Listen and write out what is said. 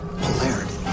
polarity